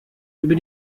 über